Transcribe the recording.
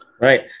Right